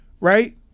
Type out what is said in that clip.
right